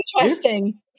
Interesting